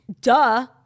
Duh